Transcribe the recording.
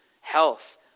health